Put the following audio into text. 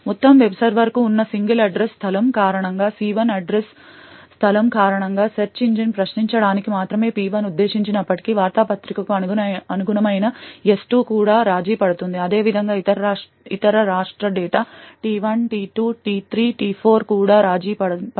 మొత్తం వెబ్ సర్వర్కు ఉన్న సింగిల్ అడ్రస్ స్థలం కారణంగా సి 1 అడ్రస్ స్థలం కారణంగా సెర్చ్ ఇంజిన్ను ప్రశ్నించడానికి మాత్రమే పి 1 ఉద్దేశించినప్పటికీ వార్తాపత్రికకు అనుగుణమైన ఎస్ 2 సేవ కూడా రాజీ పడింది అదేవిధంగా ఇతర రాష్ట్ర data T1 T2 T3 T4 కూడా రాజీ పడింది